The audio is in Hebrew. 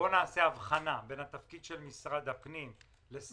בואו נעשה אבחנה בין התפקיד של משרד הפנים לסייע.